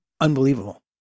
unbelievable